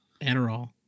Adderall